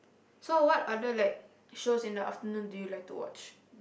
so what other like shows in the afternoon do you like to watch